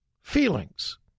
Feelings